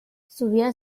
zubia